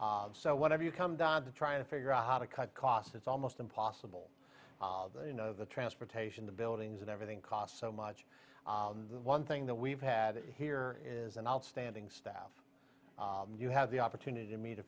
thousand so whatever you come down to trying to figure out how to cut costs it's almost impossible you know the transportation the buildings and everything costs so much the one thing that we've had here is an outstanding staff and you have the opportunity to meet a